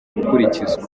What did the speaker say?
gukurikizwa